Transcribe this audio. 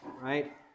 right